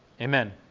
Amen